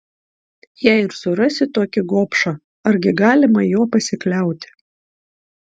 jei ir surasi tokį gobšą argi galima juo pasikliauti